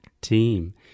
team